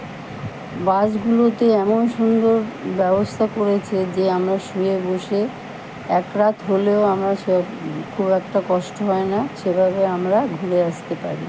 বাসগুলোতে এমন সুন্দর ব্যবস্থা করেছে যে আমরা শুয়ে বসে এক রাত হলেও আমরা খুব একটা কষ্ট হয় না সেভাবে আমরা ঘুরে আসতে পারি